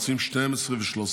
ערוצים 12 ו-13,